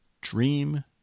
dream